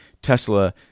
Tesla